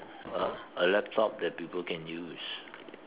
a a laptop that people can use